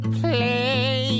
play